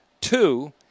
Two